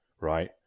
Right